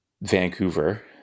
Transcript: vancouver